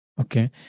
Okay